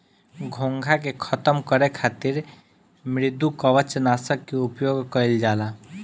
घोंघा के खतम करे खातिर मृदुकवच नाशक के उपयोग कइल जाला